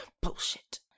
Bullshit